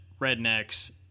rednecks